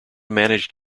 manage